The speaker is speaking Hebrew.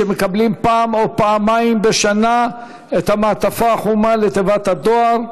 שמקבלים פעם או פעמיים בשנה את המעטפה החומה לתיבת הדואר,